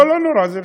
לא, בסדר.